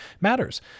matters